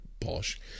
posh